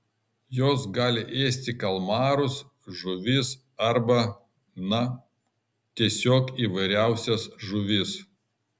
jos gali ėsti kalmarus žuvis arba na tiesiog įvairiausias žuvis